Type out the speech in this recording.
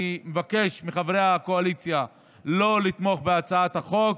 אני מבקש מחברי הקואליציה לא לתמוך בהצעת החוק,